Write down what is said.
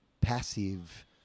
passive